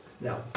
Now